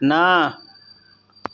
न